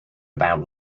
about